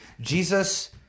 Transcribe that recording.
Jesus